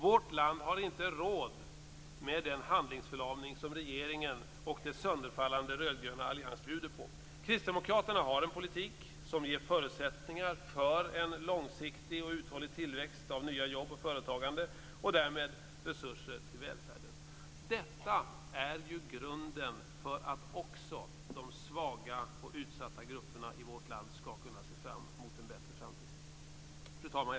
Vårt land har inte råd med den handlingsförlamning som regeringen och den sönderfallande rödgröna alliansen bjuder på. Kristdemokraterna har en politik som ger förutsättningar för en långsiktig och uthållig tillväxt av nya jobb och företagande och därmed resurser till välfärden. Detta är grunden för att också de svaga och utsatta grupperna i vårt land skall kunna se fram mot en bättre framtid. Fru talman!